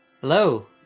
Hello